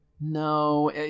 No